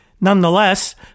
Nonetheless